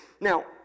Now